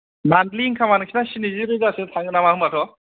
monthly इन्कामा नोंसिना स्निजिरोजा सो थाङो नामा होनबाथ'